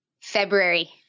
February